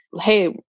Hey